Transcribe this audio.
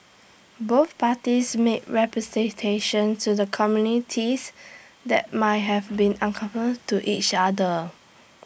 both parties made representations to the committees that might have been uncomfortable to each other